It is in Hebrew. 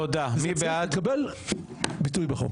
זה צריך לקבל ביטוי בחוק.